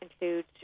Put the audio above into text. include